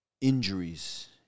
Injuries